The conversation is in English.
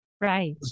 Right